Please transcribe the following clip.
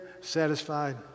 satisfied